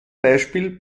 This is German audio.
beispiel